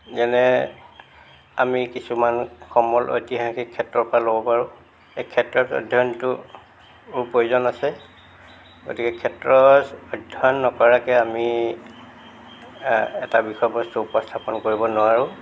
যেনে আমি কিছুমান সমল ঐতিহাসিক ক্ষেত্ৰৰপৰা ল'ব পাৰোঁ এই ক্ষেত্ৰত অধ্য়য়নটো প্ৰয়োজন আছে গতিকে ক্ষেত্ৰ অধ্য়য়ন নকৰাকৈ আমি এটা বিষয়বস্তু উপস্থাপন কৰিব নোৱাৰোঁ